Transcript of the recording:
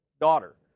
daughter